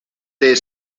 their